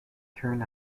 turn